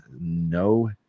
no